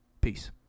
Peace